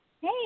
hey